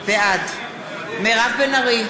בעד מירב בן ארי,